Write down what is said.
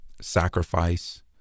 sacrifice